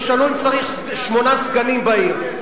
תשאלו אם צריך שמונה סגנים בעיר.